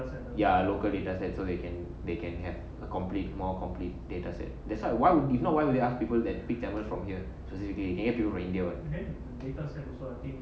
ya local data set so they can they can have a complete more complete data set that's why if not why would they ask people that speak tamil from here specifically can get people from india what